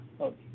Okay